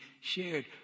shared